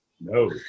No